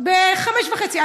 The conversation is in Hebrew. ב-17:30.